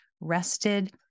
rested